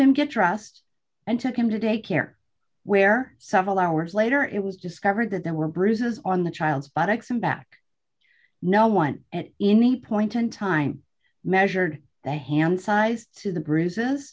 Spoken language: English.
him get dressed and took him to daycare where several hours later it was discovered that there were bruises on the child's buttocks and back no one at any point in time measured the hand sized to the bruises